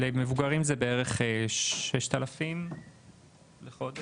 למבוגרים זה בערך 6,000 ₪ לחודש.